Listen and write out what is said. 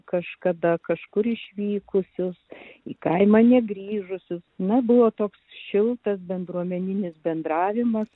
kažkada kažkur išvykusius į kaimą negrįžusius na buvo toks šiltas bendruomeninis bendravimas